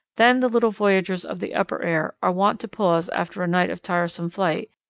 then the little voyageurs of the upper air are wont to pause after a night of tiresome flight,